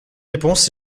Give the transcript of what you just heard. réponse